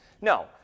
No